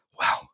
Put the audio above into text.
wow